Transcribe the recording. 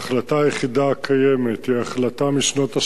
ההחלטה היחידה הקיימת היא החלטה משנות ה-80,